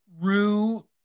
Rue